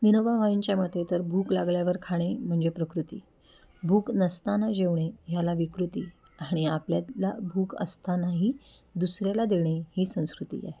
विनोबा भावेंच्या मते तर भूक लागल्यावर खाणे म्हणजे प्रकृती भूक नसताना जेवणे ह्याला विकृती आणि आपल्याला भूक असतानाही दुसऱ्याला देणे ही संस्कृती आहे